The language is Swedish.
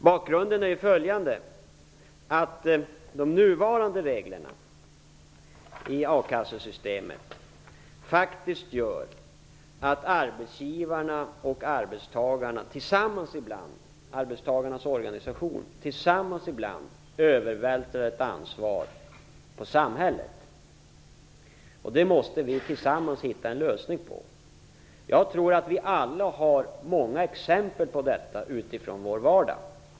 Bakgrunden är följande: De nuvarande reglerna i a-kassesystemet gör faktiskt att arbetsgivarna och arbetstagarnas organisation tillsammans ibland övervältrar ett ansvar på samhället. Det måste vi tillsammans hitta en lösning på. Jag tror att vi alla har sett många exempel på detta i vår vardag.